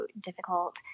difficult